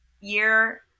year